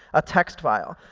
a text file,